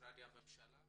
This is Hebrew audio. למשרדי הממשלה